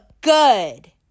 good